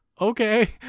Okay